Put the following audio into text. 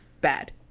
bad